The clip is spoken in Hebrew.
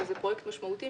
אבל זה פרויקט משמעותי,